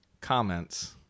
comments